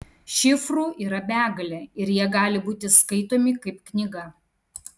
šifrų yra begalė ir jie gali būti skaitomi kaip knyga